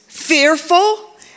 fearful